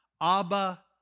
Abba